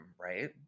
right